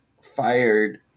fired